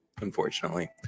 unfortunately